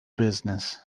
business